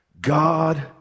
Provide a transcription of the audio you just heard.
God